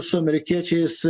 su amerikiečiais